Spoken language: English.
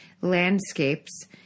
landscapes